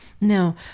Now